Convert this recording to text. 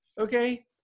okay